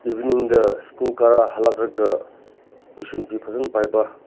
ꯏꯚꯤꯅꯤꯡꯗ ꯁ꯭ꯀꯨꯜ ꯀꯥꯔꯒ ꯍꯜꯂꯛꯂꯒ ꯇ꯭ꯌꯨꯁꯟ ꯐꯖꯅ ꯄꯥꯕ